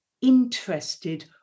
interested